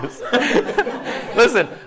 Listen